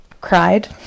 cried